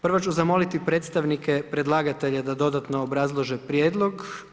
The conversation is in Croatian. Prvo ću zamoliti predstavnike predlagatelja da dodatno obrazlože prijedlog.